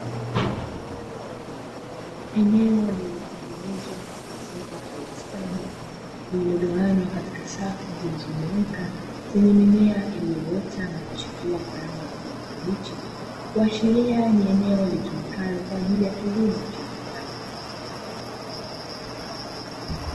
Eneo lililotengenezwa na kuwekwa kwa ustadi, lililogawanywa katika safu zilizonyooka zenye mimea iliyoota na kuchepua kwa rangi ya kijani kibichi, kuashiria ni eneo litumikalo kwa ajili ya kilimo cha viwanda.